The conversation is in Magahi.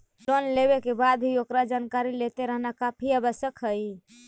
लोन लेवे के बाद भी ओकर जानकारी लेते रहना काफी आवश्यक हइ